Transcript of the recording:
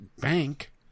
bank